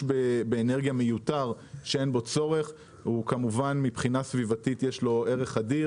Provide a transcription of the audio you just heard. מיותר באנרגיה היא בעלת ערך סביבתי אדיר,